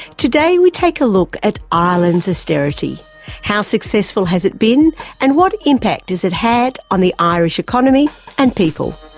today we take a look at ireland's austerity how successful has it been and what impact has it had on the irish economy and people?